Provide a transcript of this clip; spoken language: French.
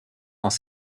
dans